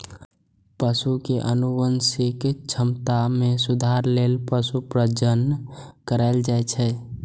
पशु के आनुवंशिक क्षमता मे सुधार लेल पशु प्रजनन कराएल जाइ छै